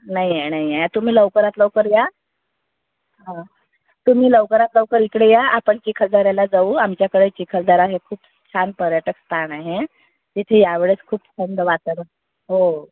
नाही आहे नाही आहे तुम्ही लवकरात लवकर या तुम्ही लवकरात लवकर इकडे या आपण चिखलदऱ्याला जाऊ आमच्याकडे चिखलदरा हे खूप छान पर्यटक स्थान आहे तिथे यावेळेस खूप थंड वातावरण हो हो